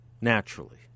naturally